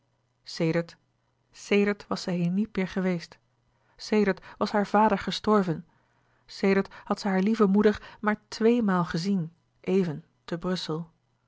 sedert sedert was zij hier niet meer geweest sedert was haar vader gestorven sedert had zij hare lieve moeder maar twee maal gezien even te brussel